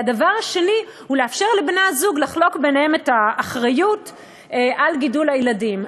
והדבר השני הוא לאפשר לבני-הזוג לחלוק ביניהם את האחריות לגידול הילדים.